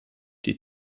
die